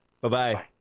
Bye-bye